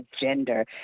gender